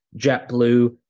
JetBlue